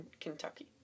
Kentucky